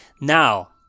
Now